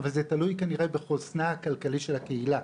אבל זה תלוי כנראה בחוסנה הכלכלי של הקהילה.